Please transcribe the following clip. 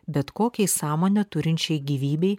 bet kokiai sąmonę turinčiai gyvybei